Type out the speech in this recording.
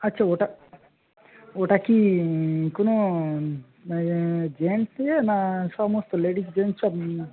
আচ্ছা ওটা ওটা কি কোনো মানে জেন্টসের না সমস্ত লেডিস জেন্টস সব মিলিয়ে